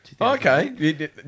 Okay